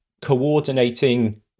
coordinating